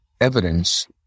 evidence